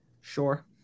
Sure